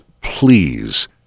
please